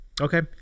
Okay